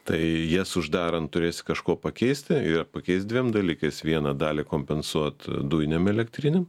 tai jas uždarant turėsi kažkuo pakeisti ir pakeis dviem dalykais vieną dalį kompensuot dujinėm elektrinėm